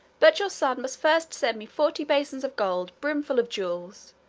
but your son must first send me forty basins of gold brimful of jewels,